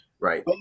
Right